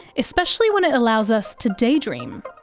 especially when it allows us to daydream.